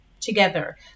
together